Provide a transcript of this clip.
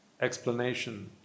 explanation